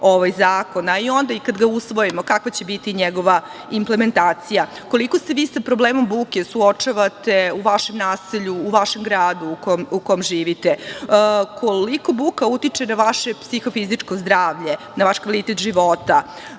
i onda kada ga usvojimo kakva će biti njegova implementacija. Koliko se vi sa problemom buke suočavate u vašem naselju, u vašem gradu u kom živite? Koliko buka utiče na vaše psihofizičko zdravlje, na vaš kvalitet života?